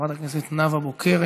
חברת הכנסת נאוה בוקר,